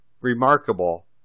Remarkable